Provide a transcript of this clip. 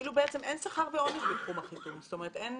נראה כאילו אין שכר ועונש בתחום החיתום, אין